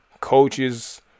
coaches